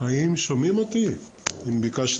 אני אומר את זה מכיוון שהדוח הזה בעצם מייצר